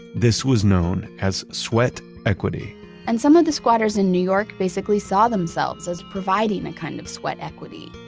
this was known as sweat equity and some of the squatters in new york basically saw themselves as providing a kind of sweat equity,